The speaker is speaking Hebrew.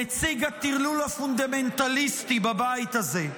נציג הטרלול הפונדמנטליסטי בבית הזה.